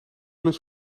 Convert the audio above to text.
lust